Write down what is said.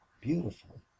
Beautiful